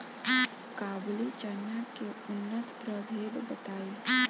काबुली चना के उन्नत प्रभेद बताई?